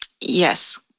Yes